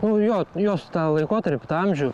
nu jo jos tą laikotarpį amžių